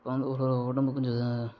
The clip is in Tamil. இப்போ வந்து ஒரு உடம்பு கொஞ்சம் இதாக